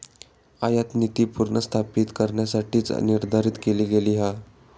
आयातनीती पुनर्स्थापित करण्यासाठीच निर्धारित केली गेली हा